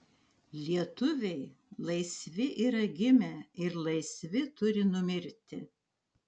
lietuviai laisvi yra gimę ir laisvi turi numirti